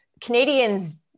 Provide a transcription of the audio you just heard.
Canadians